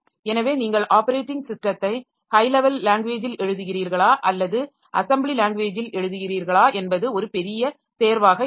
எனவே நீங்கள் ஆப்பரேட்டிங் ஸிஸ்டத்தை ஹை லெவல் லாங்வேஜில் எழுதுகிறீர்களா அல்லது அசெம்பிளி லாங்வேஜில் எழுதுகிறீர்களா என்பது ஒரு பெரிய தேர்வாக இருக்கும்